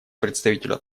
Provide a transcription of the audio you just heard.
представителя